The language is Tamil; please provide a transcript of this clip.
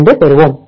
4762 பெறுவோம்